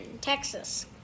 Texas